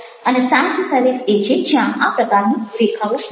અને sans serif એ છે જ્યાં આ પ્રકારની રેખાઓ નથી